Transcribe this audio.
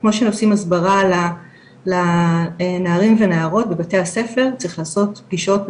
כמו שעושים הסברה לנערים ונערות בבתי הספר צריך לעשות פגישות,